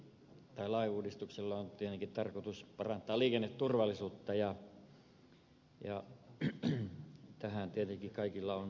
ajokorttilain uudistuksella on tietenkin tarkoitus parantaa liikenneturvallisuutta ja tähän tietenkin kaikilla on hyvä pyrkimys